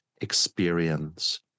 experience